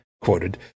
quoted